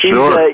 Sure